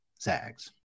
Zags